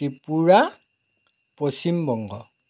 Tripura Paschimbanga